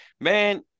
man